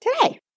today